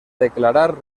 declarar